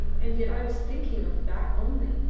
and yet i was thinking of that only,